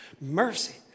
Mercy